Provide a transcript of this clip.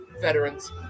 veterans